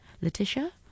Letitia